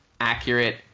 accurate